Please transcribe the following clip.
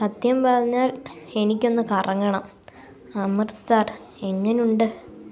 സത്യം പറഞ്ഞാൽ എനിക്ക് ഒന്ന് കറങ്ങണം അമൃത്സർ എങ്ങനെയുണ്ട്